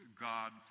God